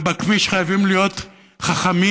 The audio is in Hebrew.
ובכביש חייבים להיות חכמים,